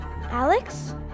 Alex